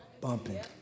bumping